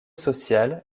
social